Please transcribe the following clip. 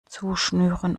zuschnüren